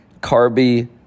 Carby